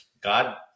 God